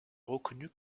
reconnu